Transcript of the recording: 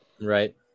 Right